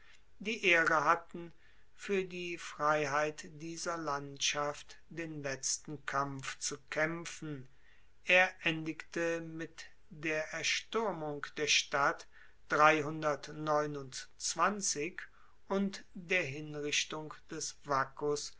die ehre hatten fuer die freiheit dieser landschaft den letzten kampf zu kaempfen er endigte mit der erstuermung der stadt und der hinrichtung des vaccus